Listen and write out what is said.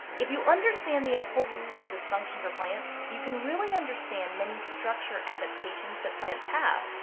if you understand the importance of this function for plants, you can really understand many structure adaptations that plants have.